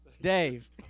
Dave